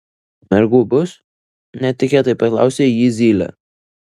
mergų bus netikėtai paklausė jį zylė